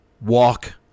walk